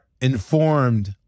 informed